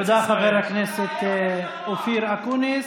תודה, חבר הכנסת אופיר אקוניס.